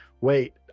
wait